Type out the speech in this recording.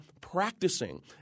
practicing